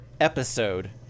episode